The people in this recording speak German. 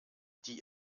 die